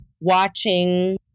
watching